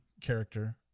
character